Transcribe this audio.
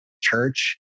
church